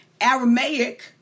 aramaic